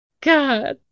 God